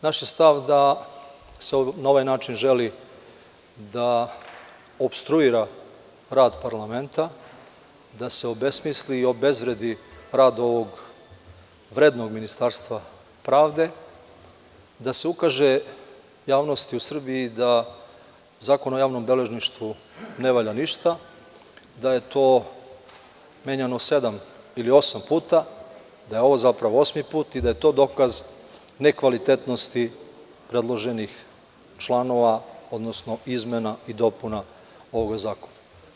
Naš je stav da se na ovaj način želi da opstruira rad parlamenta, da se obesmisli i obezvredi rad ovog vrednog Ministarstva pravde, da se ukaže javnosti u Srbiji da Zakon o javnom beležništvu ne valja ništa, da je to menjano sedam ili osam puta, da je ovo zapravo osmi put i da je to dokaz nekvalitetnosti predloženih članova, odnosno izmena i dopuna ovog zakona.